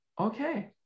okay